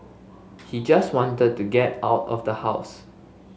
he just wanted to get out of the house